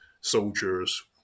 soldiers